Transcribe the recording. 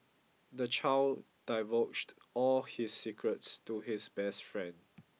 the child divulged all his secrets to his best friend